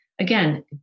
Again